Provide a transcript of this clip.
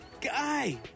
Guy